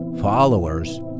followers